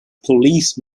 police